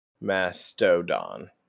Mastodon